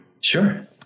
Sure